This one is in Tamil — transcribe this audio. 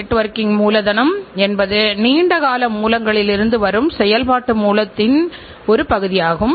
நமக்கு தரமான பொருட்கள் குறைந்த விலையில் கிடைக்க வேண்டும் என்பது எதிர்பார்ப்பு